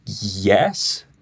Yes